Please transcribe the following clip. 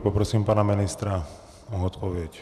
Poprosím pana ministra o odpověď.